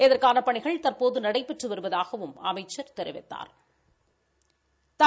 இதற்கான பணிகள் தற்போது நடைபெற்று வருவதாகவும் அமைச்சள் தெரிவித்தாள்